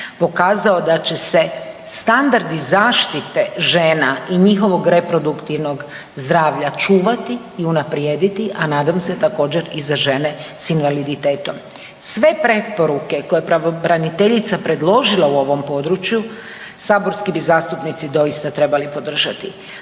pokazao da će se standardi zaštite žena i njihovog reproduktivnog zdravlja čuvati i unaprijediti, a nadam se također i za žene s invaliditetom. Sve preporuke koje je pravobraniteljica predložila u ovom području saborski bi zastupnici doista trebali, trebali